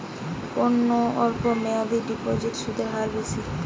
কোন অল্প মেয়াদি ডিপোজিটের সুদের হার বেশি?